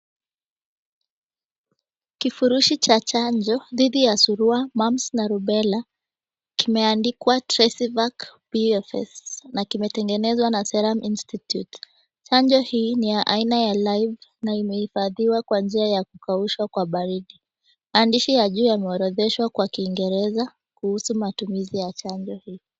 Kifurushi cha chanjo dhidi ya Surua, Mumps na Rubella kimeandikwa Tresivac PFS, na kimetengenezwa na Serum Institute. Chanjo hii ni ya aina ya live na imehifadhiwa kwa njia ya kukaushwa kwa baridi. Andishi ya juu yameorodheshwa kwa kiingereza kuhusu matumizi ya chanjo hii.